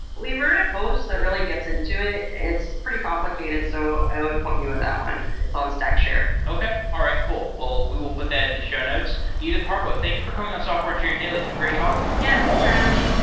we wrote a post that really gets into it. it's pretty complicated, so i would point you on that one. it's on stackshare okay. all right. cool. well, we will put that in the show notes. edith harbaugh, thank you for coming on software engineering daily. it's been great talking. yeah, thanks for having me